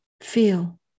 feel